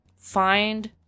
find